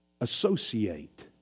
associate